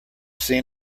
seen